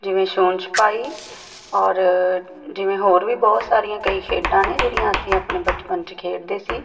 ਜਿਵੇਂ ਛੂਹਣ ਛੁਪਾਈ ਔਰ ਜਿਵੇਂ ਹੋਰ ਵੀ ਬਹੁਤ ਸਾਰੀਆਂ ਕਈ ਖੇਡਾਂ ਨੇ ਜਿਹੜੀਆਂ ਅਸੀਂ ਆਪਣੇ ਬਚਪਨ 'ਚ ਖੇਡਦੇ ਸੀ